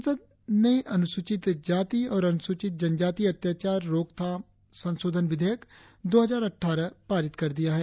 संसद ने अनुसूचित जाति और अनुसूचित जनजाति अत्याचार रोकथाम संशोधन विधेयक दो हजार अट्ठार पारित कर दिया है